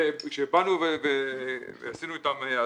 כשבאנו ועשינו אתם הסכמות,